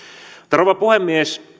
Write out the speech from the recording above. rouva puhemies